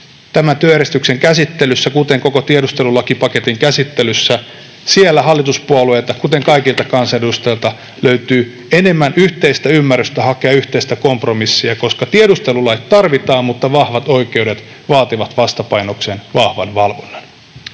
tämän työjärjestyksen käsittelyssä, kuten koko tiedustelulakipaketin käsittelyssä, niin hallituspuolueilta kuin kaikilta kansanedustajilta löytyy enemmän yhteistä ymmärrystä hakea yhteistä kompromissia, koska tiedustelulait tarvitaan, mutta vahvat oikeudet vaativat vastapainokseen vahvan valvonnan.